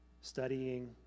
studying